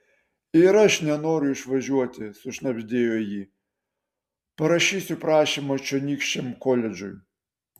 ir aš nenoriu išvažiuoti sušnabždėjo ji parašysiu prašymą čionykščiam koledžui